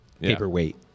paperweight